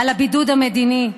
על הבידוד המדיני.